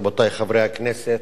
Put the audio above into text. רבותי חברי הכנסת,